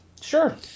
Sure